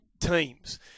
teams